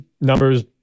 numbers